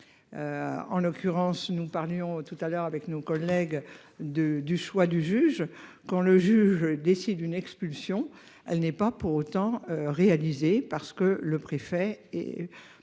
En l'occurrence nous parlions tout à l'heure avec nos collègues de du choix du juge. Quand le juge décide une expulsion, elle n'est pas pour autant réaliser parce que le préfet